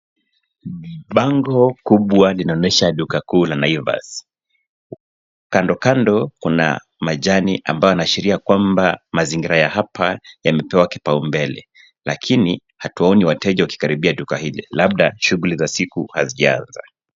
Bango kubwa linaonesha duka kuu la Naivas. Kando kando kuna majani ambayo yanaashiria kwamba mazingira ya hapa yamepewa kipao mbele, lakini hatuoni wateja wakikaribia duka hili, labda shughuli za siku hazijaanza.